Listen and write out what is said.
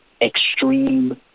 extreme